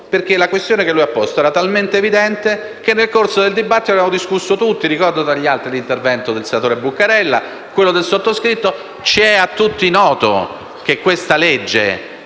perché la questione da lui posta era talmente evidente che, nel corso del dibattito, ne avevamo discusso tutti. Ricordo, tra gli altri, gli interventi del senatore Buccarella e del sottoscritto. È a tutti noto che questa legge